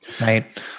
right